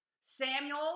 Samuel